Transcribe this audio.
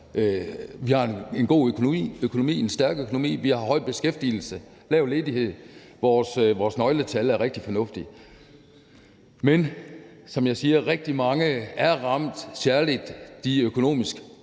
vi har en god og stærk økonomi, vi har høj beskæftigelse, lav ledighed, og vores nøgletal er rigtig fornuftige. Men, som jeg siger, er rigtig mange ramt. Særlig de økonomisk